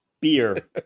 Beer